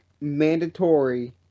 mandatory